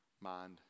mind